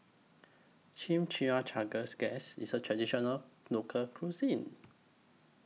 Chimichangas Guess IS A Traditional Local Cuisine